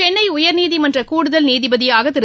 சென்னை உயர்நீதிமன்றத்தின் கூடுதல் நீதிபதியாக திரு